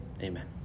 Amen